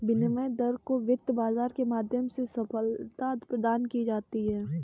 विनिमय दर को वित्त बाजार के माध्यम से सबलता प्रदान की जाती है